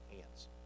hands